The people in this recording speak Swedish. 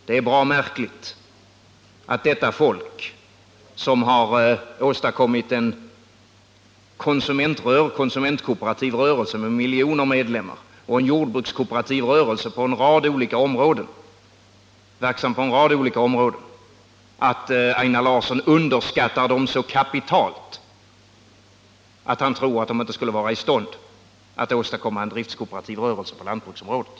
Det är bra märkligt att Einar Larsson så kapitalt underskattar dettå folk, som har åstadkommit en konsumentkooperativ rörelse med miljoner medlemmar och en jordbrukskooperativ rörelse som är verksam på en rad olika områden, att han tror att de inte skulle vara i stånd att åstadkomma en driftskooperativ rörelse på lantbruksområdet.